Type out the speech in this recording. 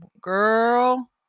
girl